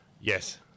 Yes